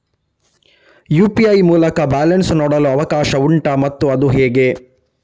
UPI ಮೂಲಕ balance ನೋಡಲು ಅವಕಾಶ ಉಂಟಾ ಮತ್ತು ಅದು ಹೇಗೆ?